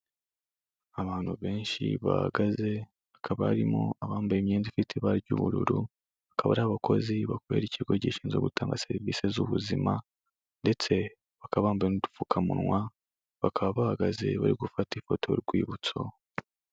Abantu benshi bahagaze bakaba barimo abambaye imyenda ifite ibara ry'ubururu. Akaba ari abakozi bakorera ikigo gishinzwe gutanga serivisi z'ubuzima ndetse baka bambaye n'udupfukamunwa, bakaba bahagaze bari gufata ifoto y'urwibutso.